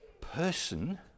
person